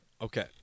okay